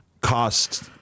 cost